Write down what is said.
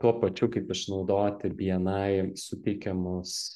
tuo pačiu kaip išnaudoti bni suteikiamus